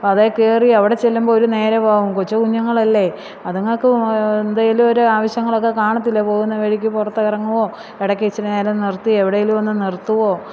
അതിൽ കയറി അവിടെ ചെല്ലുമ്പം ഒരു നേരമാവും കൊച്ച് കുഞ്ഞുങ്ങളല്ലേ അത്ങ്ങൾക്കും എന്തെങ്കിലും ഒരു ആവശ്യങ്ങൾ ഒക്കെ കാണത്തില്ലേ പോവുന്ന വഴിക്ക് പുറത്ത് ഇറങ്ങുകയോ ഇടയ്ക്ക് ഇച്ചിരി നേരം നിര്ത്തി എവിടെയെങ്കിലും ഒന്ന് നിര്ത്തുകയോ